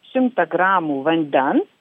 šimtą gramų vandens